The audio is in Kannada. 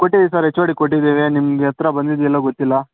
ಕೊಟ್ಟಿದೀವಿ ಸರ್ ಎಚ್ ಓ ಡಿಗ್ ಕೊಟ್ಟಿದ್ದೇವೆ ನಿಮಗೆ ಹತ್ರ ಬಂದಿದೆಯೋ ಇಲ್ವೋ ಗೊತ್ತಿಲ್ಲ